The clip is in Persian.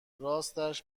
راستش